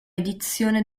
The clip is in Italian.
edizione